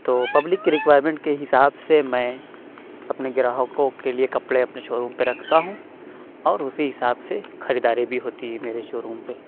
تو پبلک کی ریکوائرمنٹ کے حساب سے میں اپنے گراہکوں کے لیے کپڑے اپںے شو روم پہ ركھتا ہوں اور اُسی حساب سے خریداری بھی ہوتی ہے میرے شو روم پہ